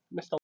mr